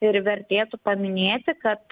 ir vertėtų paminėti kad